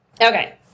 Okay